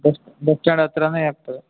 bus bus stand ಹತ್ತಿರನೇ ಇರ್ತು